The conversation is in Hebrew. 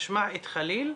נשמע את חליל,